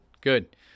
good